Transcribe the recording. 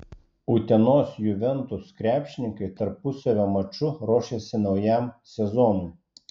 utenos juventus krepšininkai tarpusavio maču ruošiasi naujam sezonui